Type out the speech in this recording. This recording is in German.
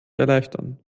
erleichtern